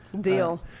deal